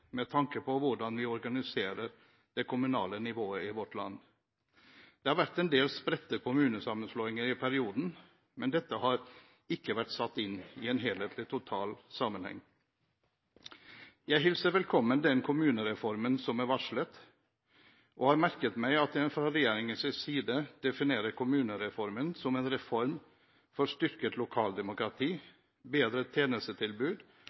med tanke på hvordan vi organiserer det kommunale nivået i vårt land. Det har vært en del spredte kommunesammenslåinger i perioden, men dette har ikke vært satt inn i en helhetlig, total sammenheng. Jeg hilser velkommen den kommunereformen som er varslet, og har merket meg at en fra regjeringens side definerer kommunereformen som en reform for styrket lokaldemokrati, bedre tjenestetilbud